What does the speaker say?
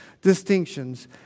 distinctions